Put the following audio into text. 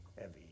heavy